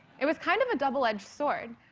it was kind of a double edged sword.